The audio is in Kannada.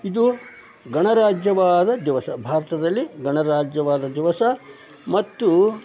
ಇದು ಗಣರಾಜ್ಯವಾದ ದಿವಸ ಭಾರತದಲ್ಲಿ ಗಣರಾಜ್ಯವಾದ ದಿವಸ ಮತ್ತು